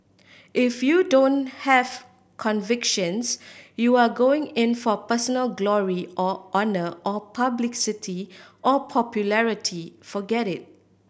if you don't have convictions you are going in for personal glory or honour or publicity or popularity forget it